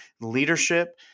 leadership